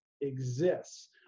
exists